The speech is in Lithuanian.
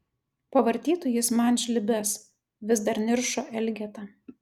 pavartytų jis man žlibes vis dar niršo elgeta